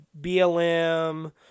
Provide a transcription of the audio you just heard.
BLM